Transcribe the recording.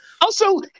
Also-